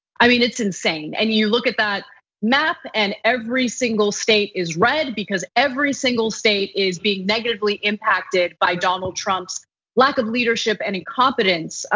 i mean it's insane. and you look at that map and every single state is red. because every single state is being negatively impacted by donald trump's lack of leadership and incompetence,